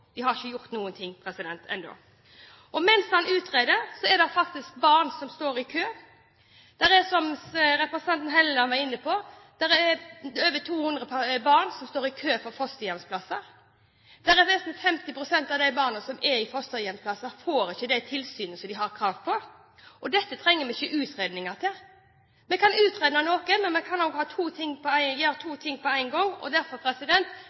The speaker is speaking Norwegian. ikke gjort noen ting ennå. Og mens han utreder, er det faktisk barn som står i kø. Det er, som representanten Hofstad Helleland var inne på, over 200 barn som står i kø for fosterhjemsplass. Nesten 50 pst. av de barna som er i fosterhjem, får ikke det tilsynet de har krav på. Dette trenger vi ikke utredninger til. Vi kan utrede noe, men vi kan også gjøre to ting på en gang. Derfor oppfordrer jeg statsråden her og nå til å gjøre to ting på én gang: Utred saken og